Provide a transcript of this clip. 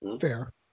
Fair